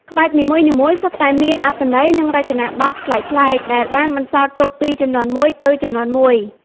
ក្បាច់នីមួយៗសុទ្ធតែមានអត្ថន័យ និងរចនាបថប្លែកៗ ដែលបានបន្សល់ទុកពីជំនាន់មួយទៅជំនាន់មួយ។